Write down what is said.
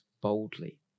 boldly